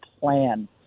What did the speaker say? plan